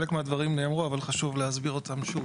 חלק מהדברים נאמרו, אבל חשוב להסביר אותם שוב.